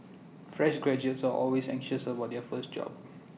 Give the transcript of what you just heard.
fresh graduates are always anxious about their first job